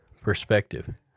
perspective